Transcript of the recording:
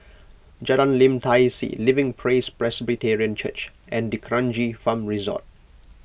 Jalan Lim Tai See Living Praise Presbyterian Church and D'Kranji Farm Resort